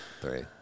three